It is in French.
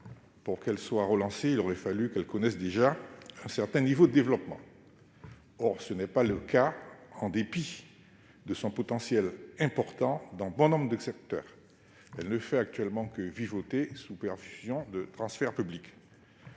Pour être relancée, il faudrait déjà que la Guyane ait atteint un certain niveau de développement. Ce n'est pas le cas, en dépit de son potentiel important dans bon nombre de secteurs : elle ne fait actuellement que vivoter, sous perfusion de transferts publics.